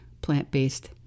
plant-based